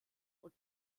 und